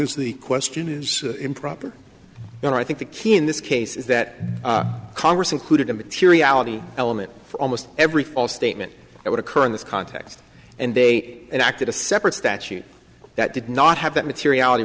as the question is improper and i think the key in this case is that congress included a materiality element for almost every false statement that would occur in this context and they acted a separate statute that did not have that materiality